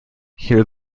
here